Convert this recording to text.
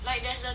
like